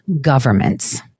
governments